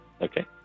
Okay